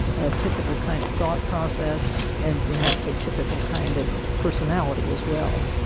a typical kind of thought process and perhaps a typical kind of personality as well.